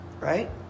right